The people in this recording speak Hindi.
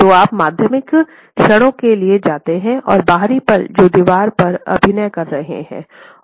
तो आप माध्यमिक क्षणों के लिए जाते हैं और बाहरी पल जो दीवार पर अभिनय कर रहा हैं